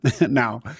now